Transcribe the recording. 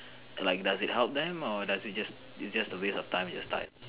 like does it help them or does it it's just a waste of time with time